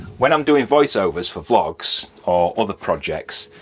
when i'm doing voiceovers for vlogs or other projects,